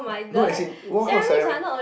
no as in what kind of ceremony